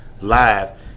Live